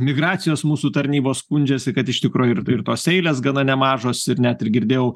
migracijos mūsų tarnybos skundžiasi kad iš tikro ir ir tos eilės gana nemažos ir net ir girdėjau